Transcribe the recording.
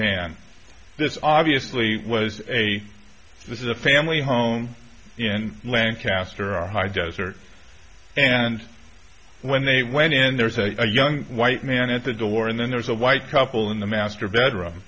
man this obviously was a this is a family home in lancaster or high desert and when they went in there was a young white man at the door and then there's a white couple in the master bedroom